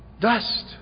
Dust